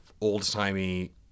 old-timey